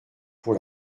pour